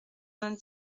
vingt